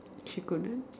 she couldn't